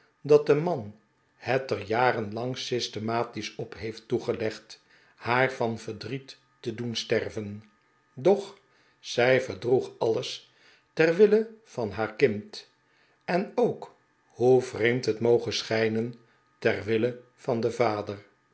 dat de man het er jarenlang systematise op heeft toegelegd haar van verdriet te doen sterven doch zij verdroeg alles terwille van haar kind en ook hoe vreemd het moge schijnen terwille van den vader